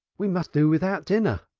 we must do without dinner,